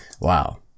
wow